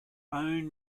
own